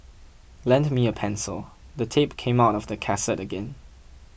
lend me a pencil the tape came out of the cassette again